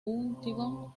huntington